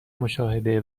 مشاهده